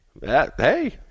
Hey